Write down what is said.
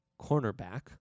cornerback